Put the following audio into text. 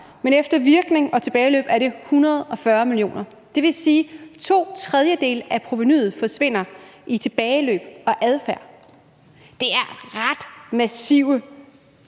Men efter virkning og tilbageløb er det 140 mio. kr. Det vil sige, at to tredjedele af provenuet forsvinder i tilbageløb og adfærd. Det er ret massive